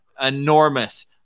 enormous